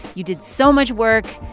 you did so much work,